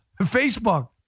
Facebook